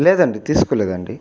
లేదండి తీసుకోలేదండి